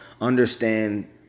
understand